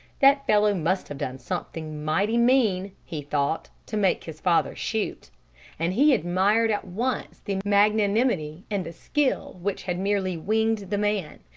that fellow must have done something mighty mean, he thought, to make his father shoot and he admired at once the magnanimity and the skill which had merely winged the man,